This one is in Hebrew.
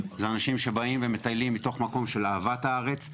הם אנשים שמטיילים מתוך מקום של אהבת הארץ,